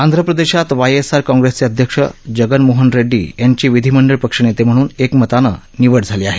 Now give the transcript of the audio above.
आंध्रप्रदेशात Y S R काँप्रेसचे अध्यक्ष जगन मोहन रेड्डी यांची विधिमंडळ पक्ष नेते म्हणून एकमताने निवड झाली आहे